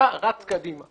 אתה רץ קדימה.